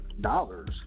dollars